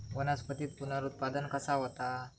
वनस्पतीत पुनरुत्पादन कसा होता?